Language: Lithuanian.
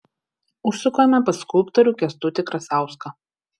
užsukame pas skulptorių kęstutį krasauską